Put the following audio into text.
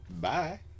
Bye